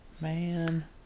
Man